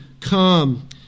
come